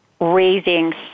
raising